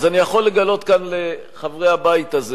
אז אני יכול לגלות כאן לחברי הבית הזה